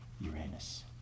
Uranus